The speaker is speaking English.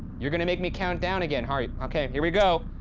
you're gonna make me count down again, huh? okay, here we go,